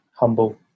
Humble